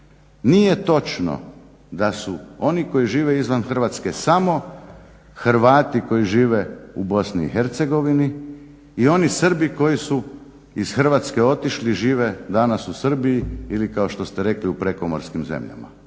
Nije točno da su oni koji žive izvan Hrvatske samo Hrvati koji žive u Bosni i Hercegovini, i oni Srbi koji su iz Hrvatske otišli, žive danas u Srbiji ili kao što ste rekli u prekomorskim zemljama.